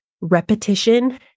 Repetition